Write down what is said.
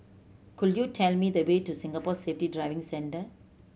could you tell me the way to Singapore Safety Driving Centre